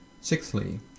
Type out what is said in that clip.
Sixthly